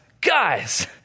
guys